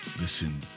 Listen